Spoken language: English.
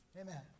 Amen